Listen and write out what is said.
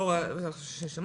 לא רק ששמענו,